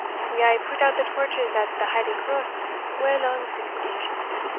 we aye put out the torches at the halie-cross well on sic occasions,